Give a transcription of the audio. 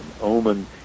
omen